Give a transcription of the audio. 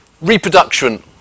reproduction